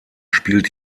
spielt